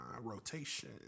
rotation